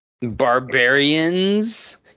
Barbarians